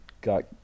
got